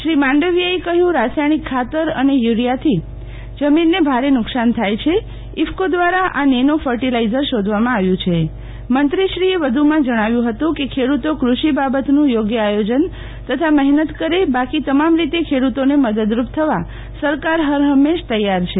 શ્રી માંડવિદ્યાએ કહ્યું રસાયણિક ખાતર એને યુરીથાથી જમીન ને ભારે નુકસાન થાય છે ઇફકો દ્વારા આ નેનો ફર્ટીલાઈઝર શોધવામાં આવ્યું છે મંત્રીશ્રી એ વધુમાં જણાવ્યું હતું કે ખેડૂતી કૃષિ બાબતનું યોગ્ય આયોજન તથા મહેનત કરે બાંકી તમામ રીતે ખેડૂતોને મદદરૂપ થવા સરકાર હર હંમેશ તૈયાર છે